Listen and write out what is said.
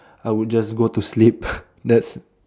I would just go to sleep that's